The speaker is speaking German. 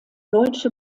deutsche